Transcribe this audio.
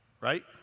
right